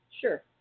Sure